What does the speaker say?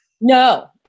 no